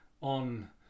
on